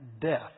death